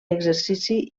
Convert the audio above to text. exercici